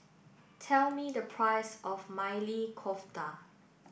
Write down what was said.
tell me the price of Maili Kofta